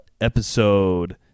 episode